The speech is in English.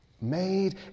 made